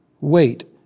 Wait